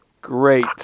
Great